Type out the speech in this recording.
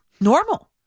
normal